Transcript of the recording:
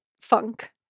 funk